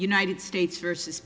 united states versus